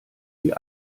die